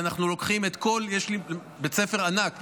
ואנחנו לוקחים את כל --- יש לי בית ספר ענק,